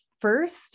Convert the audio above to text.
First